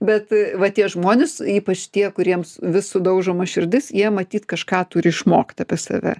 bet va tie žmonės ypač tie kuriems vis sudaužoma širdis jie matyt kažką turi išmokt apie save